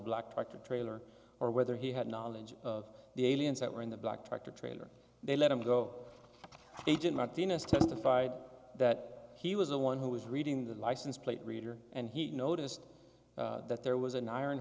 black tractor trailer or whether he had knowledge of the aliens that were in the black tractor trailer they let him go they didn't martina's testified that he was the one who was reading the license plate reader and he noticed that there was an iron